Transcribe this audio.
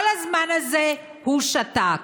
כל הזמן הזה הוא שתק.